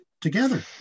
together